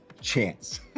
Chance